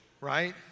Right